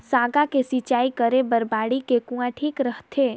साग के सिंचाई करे बर बाड़ी मे कुआँ ठीक रहथे?